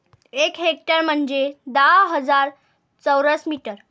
एक हेक्टर म्हंजे दहा हजार चौरस मीटर